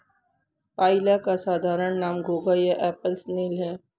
पाइला का साधारण नाम घोंघा या एप्पल स्नेल है